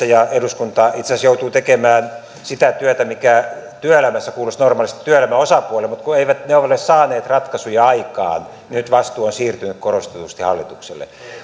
ja eduskunta itse asiassa joutuvat tekemään sitä työtä mikä työelämässä kuuluisi normaalisti työelämän osapuolille mutta kun eivät ne ole saaneet ratkaisuja aikaan niin nyt vastuu on siirtynyt korostetusti hallitukselle